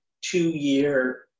two-year